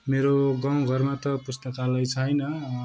मेरो गाउँ घरमा त पुस्तकालय छैन